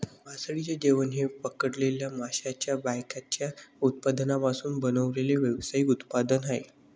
मासळीचे जेवण हे पकडलेल्या माशांच्या बायकॅचच्या उत्पादनांपासून बनवलेले व्यावसायिक उत्पादन आहे